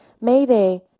Mayday